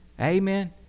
Amen